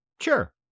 sure